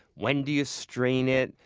when do you strain it?